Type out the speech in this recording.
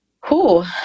Cool